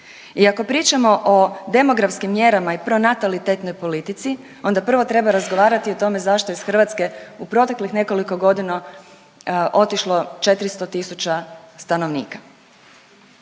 I ako pričamo o demografskim mjerama i pronatalitetnoj politici onda prvo treba razgovarati o tome zašto je iz Hrvatske u proteklih nekoliko godina otišlo 400 tisuća stanovnika.